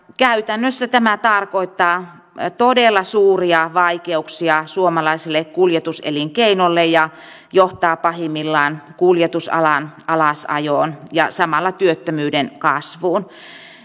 käytännössä tämä tarkoittaa todella suuria vaikeuksia suomalaiselle kuljetuselinkeinolle ja johtaa pahimmillaan kuljetusalan alasajoon ja samalla työttömyyden kasvuun